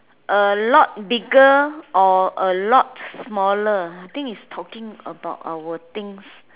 a lot bigger or a lot smaller